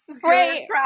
Great